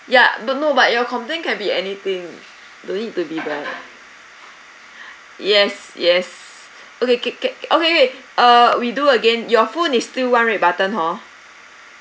yeah but no but your complaint can be anything don't need to be the yes yes okay K K okay K uh we do again your phone is still one red button hor